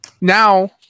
now